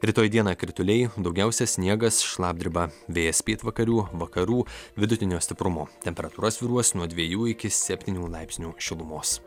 rytoj dieną krituliai daugiausia sniegas šlapdriba vėjas pietvakarių vakarų vidutinio stiprumo temperatūra svyruos nuo dviejų iki septynių laipsnių šilumos